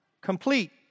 Complete